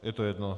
Je to jedno?